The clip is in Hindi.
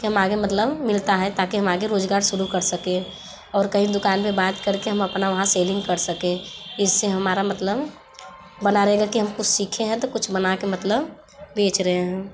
कि हम आगे मतलब मिलता है ताकि हम आगे रोजगार शुरू कर सके और कहीं दुकान में बात करके हम अपना वहाँ सैविंग कर सकें इससे हमारा मतलब बना रहेगा कि हम कुछ सीखे हैं तो कुछ बना के मतलब बेच रहे हैं